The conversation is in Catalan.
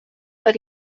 per